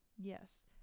Yes